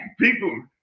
people